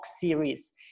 series